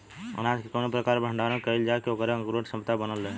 अनाज क कवने प्रकार भण्डारण कइल जाय कि वोकर अंकुरण क्षमता बनल रहे?